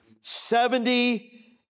seventy